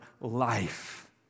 life